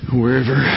wherever